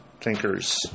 thinkers